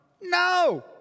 No